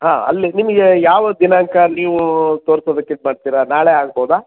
ಹಾಂ ಅಲ್ಲಿ ನಿಮಗೆ ಯಾವ ದಿನಾಂಕ ನೀವು ತೋರಿಸೋದಕ್ಕೆ ಇದು ಮಾಡ್ತೀರಾ ನಾಳೆ ಆಗ್ಬೋದಾ